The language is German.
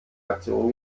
aktion